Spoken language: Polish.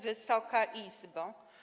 Wysoka Izbo!